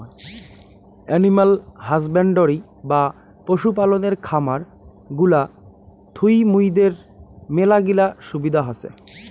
animal husbandry বা পশু পালনের খামার গুলা থুই মুইদের মেলাগিলা সুবিধা হসে